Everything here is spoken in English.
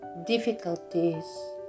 Difficulties